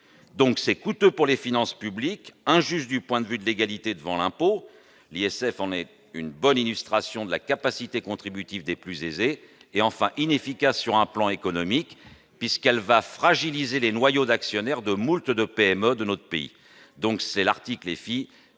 cela est coûteux pour les finances publiques, injuste du point de vue de l'égalité devant l'impôt- l'ISF est une bonne illustration de la capacité contributive des plus aisés -et, enfin, inefficace sur un plan économique, puisque cela va fragiliser les noyaux d'actionnaires de moult PME de notre pays. Cet article qui